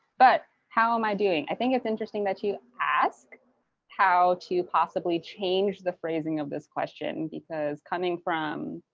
but, how am i doing? i think it's interesting that you ask how to possibly change the phrasing of this question. because, coming from